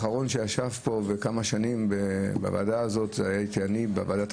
האחרון שישב פה במשך כמה שנים בוועדת המדע פה הייתי אני.